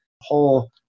whole